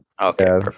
Okay